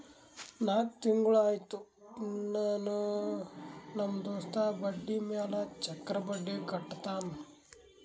ನಾಕ್ ತಿಂಗುಳ ಆಯ್ತು ಇನ್ನಾನೂ ನಮ್ ದೋಸ್ತ ಬಡ್ಡಿ ಮ್ಯಾಲ ಚಕ್ರ ಬಡ್ಡಿ ಕಟ್ಟತಾನ್